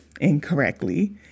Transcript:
incorrectly